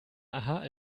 aha